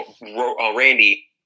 Randy